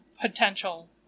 potential